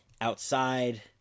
outside